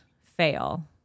fail